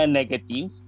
negative